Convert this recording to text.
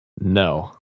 No